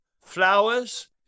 flowers